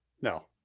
no